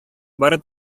бары